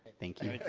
thank you.